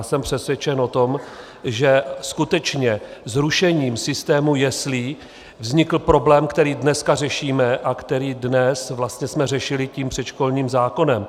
Jsem přesvědčen o tom, že skutečně zrušením systému jeslí vznikl problém, který dneska řešíme a který dnes jsme vlastně řešili tím předškolním zákonem.